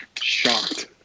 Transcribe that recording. shocked